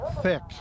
thick